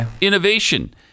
innovation